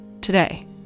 today